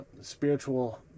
spiritual